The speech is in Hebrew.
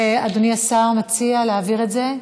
אדוני השר מציע להעביר את זה?